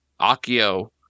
akio